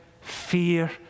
fear